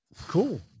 cool